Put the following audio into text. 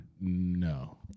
No